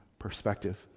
perspective